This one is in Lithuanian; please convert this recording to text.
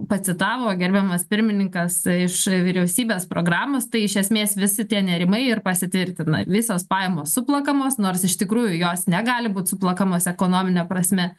pacitavo gerbiamas pirmininkas iš vyriausybės programos tai iš esmės visi tie nerimai ir pasitvirtina visos pajamos suplakamos nors iš tikrųjų jos negali būt suplakamos ekonomine prasme